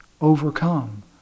overcome